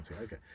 okay